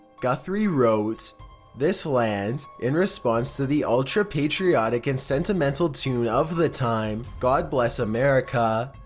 guthrie wrote this land in response to the ultra patriotic and sentimental tune of the time, god bless america.